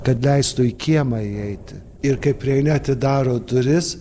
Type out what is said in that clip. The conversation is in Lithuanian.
kad leistų į kiemą įeiti ir kai prieini atidaro duris